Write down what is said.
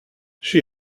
she